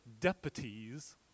deputies